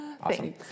Awesome